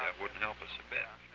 wouldn't help us a bit.